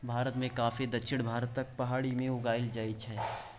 भारत मे कॉफी दक्षिण भारतक पहाड़ी मे उगाएल जाइ छै